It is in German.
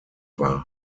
war